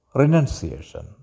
renunciation